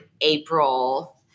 April